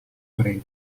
breve